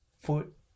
foot